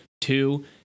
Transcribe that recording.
Two